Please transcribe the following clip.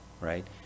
right